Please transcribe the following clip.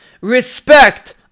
Respect